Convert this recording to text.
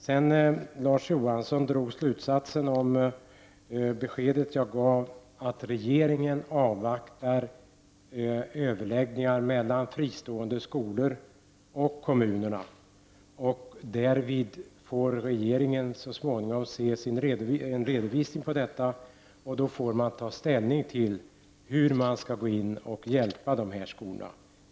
Sedan drog Larz Johansson den slutsatsen av mitt besked att regeringen avvaktar överläggningar mellan fristående skolor och kommunerna, och att regeringen så småningom får se en redovisning av detta. Då får den ta ställning till hur man skall gå in och hjälpa de här skolorna.